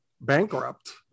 bankrupt